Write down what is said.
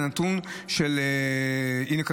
הינה,